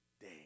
day